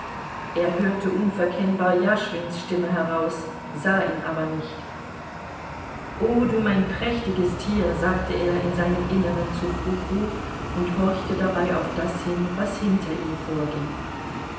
er hörte unverkennbar jaschwins stimme heraus sah ihn aber nicht o du mein prächtiges tier sagte er in seinem inneren zu frou frou und horchte dabei auf das hin was hinter ihm vorging